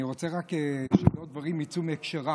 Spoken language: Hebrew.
אני רוצה רק שהדברים לא יצאו מהקשרם.